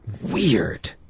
weird